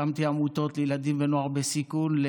הקמתי עמותות לילדים ונוער בסיכון,